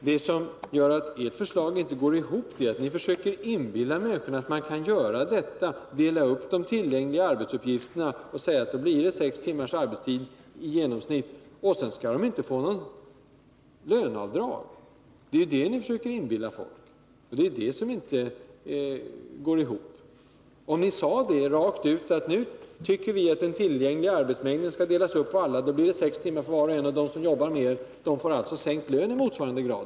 Det som gör att ert förslag inte går ihop är att ni försöker inbilla människorna att man kan dela upp de tillgängliga arbetsuppgifterna och säga att då blir det sex timmars arbetsdag i genomsnitt, och att ingen skall behöva vidkännas löneavdrag. Säg i stället rakt ut att ni tycker att den tillgängliga arbetsmängden skall delas på alla så att det blir sex timmar på var och en och att de som jobbar mer får sänkt lön i motsvarande grad.